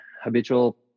habitual